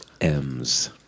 M's